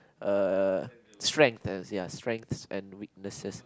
uh strength ya strengths and weaknesses